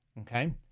Okay